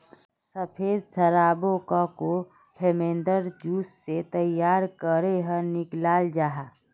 सफ़ेद शराबोक को फेर्मेंतेद जूस से तैयार करेह निक्लाल जाहा